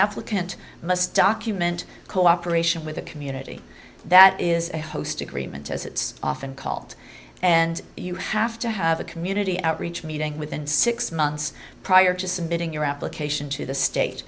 applicant must document cooperation with the community that is a host agreement as it's often called and you have to have a community outreach meeting within six months prior to submitting your application to the state